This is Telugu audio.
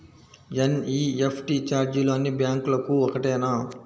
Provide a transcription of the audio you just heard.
ఎన్.ఈ.ఎఫ్.టీ ఛార్జీలు అన్నీ బ్యాంక్లకూ ఒకటేనా?